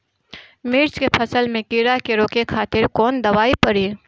मिर्च के फसल में कीड़ा के रोके खातिर कौन दवाई पड़ी?